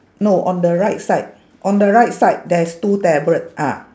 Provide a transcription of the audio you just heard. no on the right side on the right side there is two tablet ah